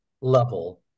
level